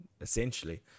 essentially